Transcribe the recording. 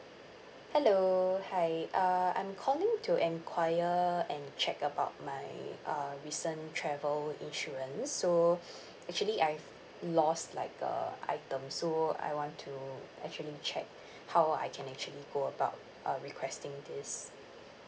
hello hi uh I'm calling to inquire and check about my uh recent travel insurance so actually I've lost like a item so I want to actually check how I can actually go about uh requesting this